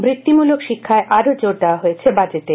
বৃত্তিমূলক শিক্ষায় আরও জোর দেয়া হয়েছে বাজেটে